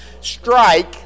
strike